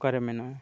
ᱚᱠᱟᱨᱮ ᱢᱮᱱᱟᱢᱟ